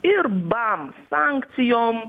ir bam sankcijom